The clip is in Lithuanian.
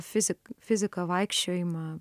fizik fiziką vaikščiojimą